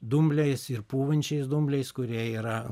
dumbliais ir pūvančiais dumbliais kurie yra